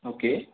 okay